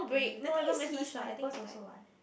the thing is he is my first also what